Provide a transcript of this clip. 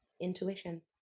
intuition